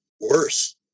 worse